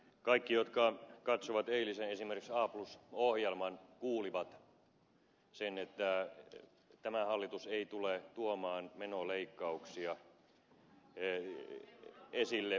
kaikki jotka katsoivat eilisen esimerkiksi a plus ohjelman kuulivat sen että tämä hallitus ei tule tuomaan menoleikkauksia esille